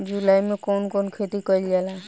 जुलाई मे कउन कउन खेती कईल जाला?